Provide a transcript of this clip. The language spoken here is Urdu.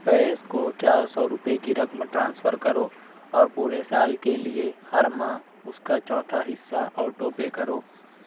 فیض کو چار سو روپئے کی رقم ٹرانسفر کرو اور پورے سال کے لیے ہر ماہ اس کا چوتھا حصہ آٹو پے کرو